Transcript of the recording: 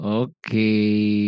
okay